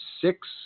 six